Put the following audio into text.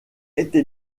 été